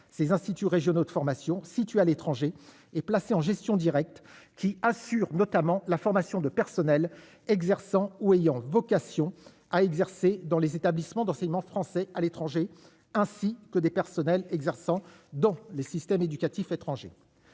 ces instituts régionaux de formation située à l'étranger et placé en gestion directe, qui assure notamment la formation de personnels exerçant ou ayant vocation à exercer dans les établissements d'enseignement français à l'étranger, ainsi que des personnels exerçant dans le système éducatif étrangers